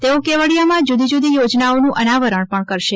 તેઓ કેવડિયામાં જુદી જુદી યોજાનાઓનુ અનાવરણ પણ કરશે